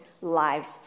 lives